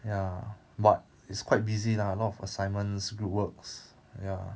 ya but it's quite busy lah a lot of assignments group works ya